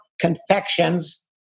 Confections